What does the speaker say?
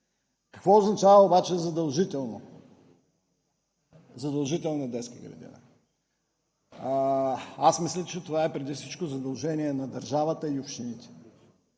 Какво означава обаче „задължителна детска градина“? Аз мисля, че това е преди всичко задължение на държавата и общините.